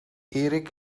erik